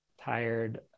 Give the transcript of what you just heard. tired